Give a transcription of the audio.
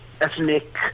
ethnic